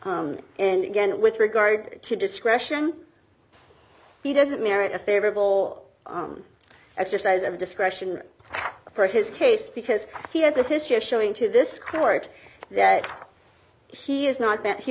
and again with regard to discretion he doesn't merit a favorable exercise of discretion for his case because he has a history of showing to this court that he is not that he